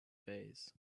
fays